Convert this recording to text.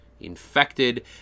infected